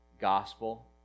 gospel